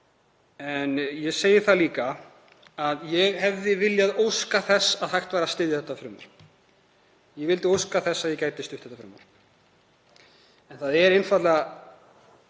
En ég segi það líka að ég hefði viljað óska þess að hægt væri að styðja þetta frumvarp. Ég vildi óska þess að ég gæti stutt þetta frumvarp, en það er einfaldlega